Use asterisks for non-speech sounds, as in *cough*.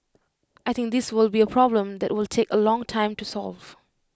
I think this will be *noise* A problem that will take A long time to solve